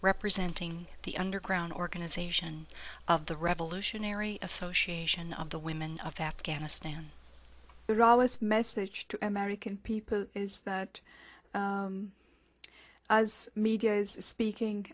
representing the underground organization of the revolutionary association of the women of afghanistan the rawest message to american people is that as media is speaking